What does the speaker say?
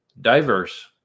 diverse